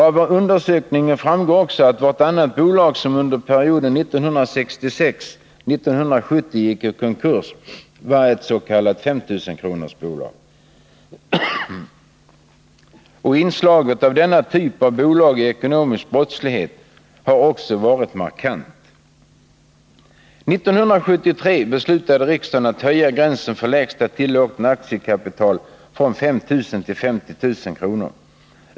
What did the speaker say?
Av undersökningen framgår också att vartannat bolag som under perioden 1966-1970 gick i konkurs var ett s.k. 5 000 kronorsbolag. Inslaget av denna typ av bolag i ekonomisk brottslighet har också varit markant. År 1973 beslöt riksdagen att höja gränsen för lägsta tillåtna aktiekapital från 5 000 till 50 000 kr.